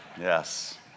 Yes